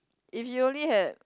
if you only had